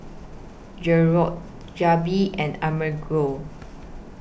Jerrold and Amerigo